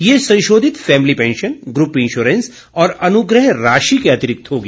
यह संशोधित family pension group insurance और अनुग्रह राशि के अतिरिक्त होगी